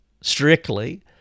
strictly